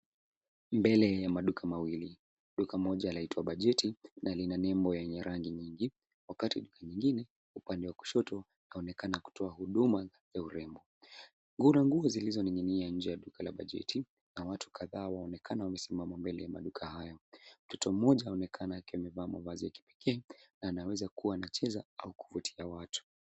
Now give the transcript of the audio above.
Mbele ya maduka mawili. Duka moja laitwa Bajeti na lina nembo yenye rangi nyingi. Wakati mwingine upande wa kushoto unaonekana kutoa huduma ya urembo. Ngura nguo zilizoninginia nje ya duka ya Bajeti na watu kadhaa wanaonekana wamesimama mbele ya maduka hayo. Mtoto mmoja anaonekana akiwa amevaa mavazi ya pekee na anaweza kuwa anacheza au kuvutia watu.